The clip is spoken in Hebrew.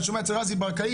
אני שומע אצל רזי ברקאי,